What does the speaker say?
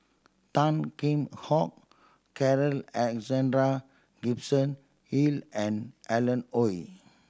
Tan Kheam Hock Carl Alexander Gibson Hill and Alan Oei